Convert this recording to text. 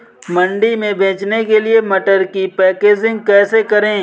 मंडी में बेचने के लिए मटर की पैकेजिंग कैसे करें?